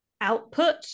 output